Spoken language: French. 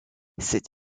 cet